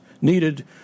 needed